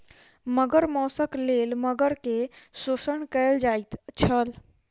मगर मौसक लेल मगर के शोषण कयल जाइत छल